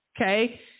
Okay